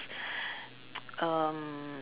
um